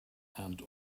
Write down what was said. and